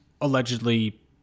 allegedly